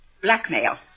Blackmail